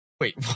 Wait